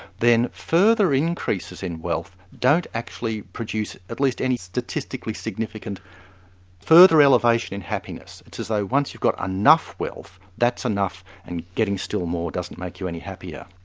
then further increases in wealth don't actually produce at least any statistically significant further elevation in happiness. it's as though once you've got enough wealth, that's enough and getting still more doesn't make you any happier.